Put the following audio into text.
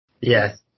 Yes